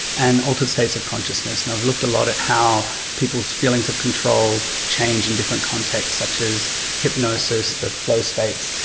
and altered states of consciousness. and i've looked a lot at how people's feelings of control change in different contexts, such as hypnosis, flow states,